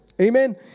Amen